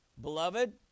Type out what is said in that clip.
Beloved